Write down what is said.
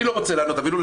אני לא רוצה לענות אפילו,